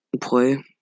play